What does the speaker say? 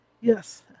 Yes